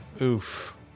Oof